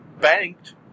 banked